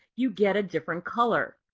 you get a different color.